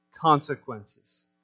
consequences